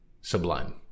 sublime